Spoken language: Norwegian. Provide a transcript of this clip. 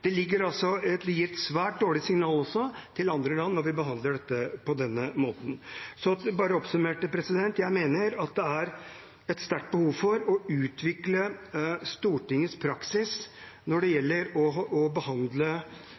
Det gir et svært dårlig signal til andre land når vi behandler dette på denne måten. Bare for å oppsummere: Jeg mener det er et sterkt behov for å utvikle Stortingets praksis når det gjelder